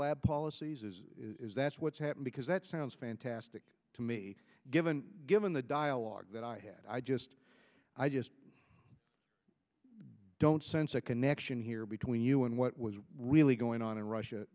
lab policies is is that's what's happened because that sounds fantastic to me given given the dialogue that i had i just i just don't sense a connection here between you and what was really going on in russia